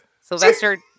Sylvester